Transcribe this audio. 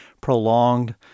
prolonged